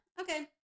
Okay